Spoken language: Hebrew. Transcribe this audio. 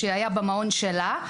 שהייתה במעון שלה.